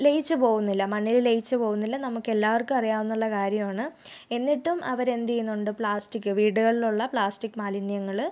ലയിച്ച് പോവുന്നില്ല മണ്ണിൽ ലയിച്ച് പോവുന്നില്ല നമുക്കെല്ലാവർക്കും അറിയാവുന്നുള്ള കാര്യമാണ് എന്നിട്ടും അവരെന്ത് ചെയ്യുന്നുണ്ട് പ്ലാസ്റ്റിക് വീടുകളിലുള്ള പ്ലാസ്റ്റിക് മാലിന്യങ്ങൾ